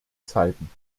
zeiten